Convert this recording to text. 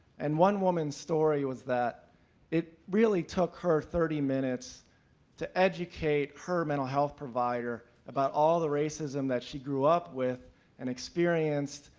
and one woman's story was that it really took her thirty minutes to educate her mental health provider about all the racism that she grew up with and experienced,